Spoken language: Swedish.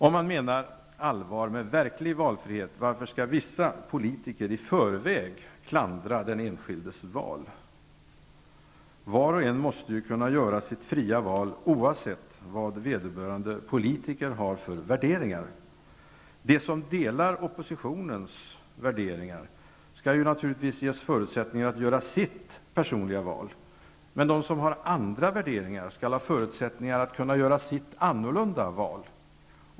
Om man menar allvar med verklig valfrihet, varför skall då vissa politiker i förväg klandra den enskildes val? Var och en måste ju kunna göra sitt fria val oavsett vad vederbörande politiker har för värderingar. De som delar oppositionens värderingar skall naturligtvis ges förutsättningar att göra sitt personliga val, men de som har andra värderingar skall ha förutsättningar att göra sitt annorlunda val.